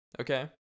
Okay